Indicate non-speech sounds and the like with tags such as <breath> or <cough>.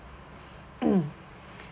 <noise> <breath>